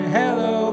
hello